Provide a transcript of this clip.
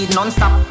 Non-stop